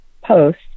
post